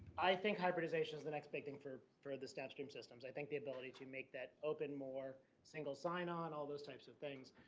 i think hybridization is the next big thing for for the statute um systems. i think the ability to make that open more single sign on all those types of things.